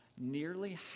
nearly